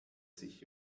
sich